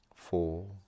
four